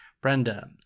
Brenda